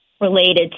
related